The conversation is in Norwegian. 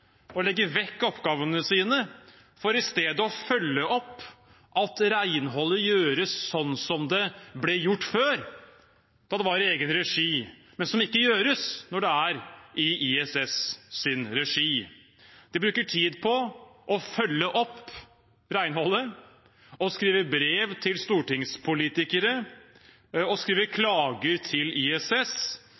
legge vekk oppgavene sine for i stedet å følge opp at renholdet gjøres sånn som det ble gjort før, da det var i egen regi, men som ikke gjøres når det er i ISS’ regi. De bruker tid på å følge opp renholdet, skrive brev til stortingspolitikere og skrive klager til ISS.